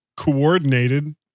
coordinated